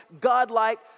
God-like